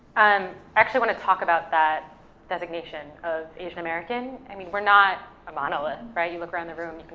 and actually wanna talk about that designation of asian american. i mean we're not a monolith, right? you look around the room, you can,